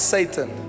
Satan